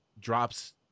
drops